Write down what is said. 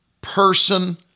person